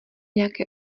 nějaké